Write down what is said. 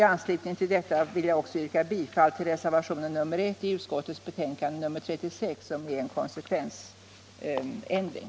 I anslutning härtill yrkar jag också bifall till reservationen 1 i justitieutskottets betänkande nr 36, vilken innehåller en konsekvensändring.